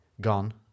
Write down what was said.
Gone